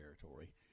territory